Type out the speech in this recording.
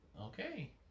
okay